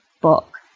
book